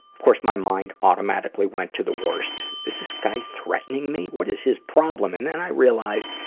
of course, my mind automatically went to the worst. is this guy threatening me? what is his problem? and then i realized,